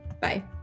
Bye